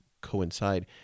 coincide